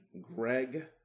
Greg